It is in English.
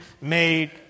made